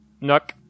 nook